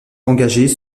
engagées